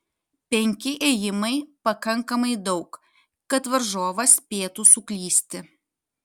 penki ėjimai pakankamai daug kad varžovas spėtų suklysti